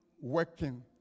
working